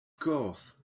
course